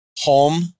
home